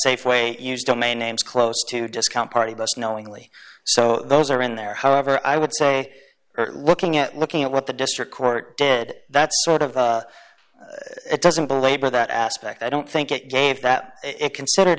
safeway use domain names close to discount party bus knowingly so those are in there however i would say looking at looking at what the district court did that's sort of it doesn't belabor that aspect i don't think it gave that it considered